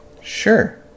Sure